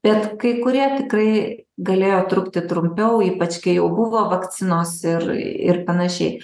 bet kai kurie tikrai galėjo trukti trumpiau ypač kai jau buvo vakcinos ir ir panašiai